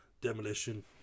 Demolition